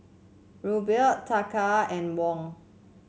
Ruble Taka and Won